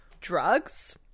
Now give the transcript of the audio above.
Drugs